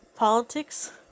Politics